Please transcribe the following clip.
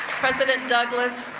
president douglas,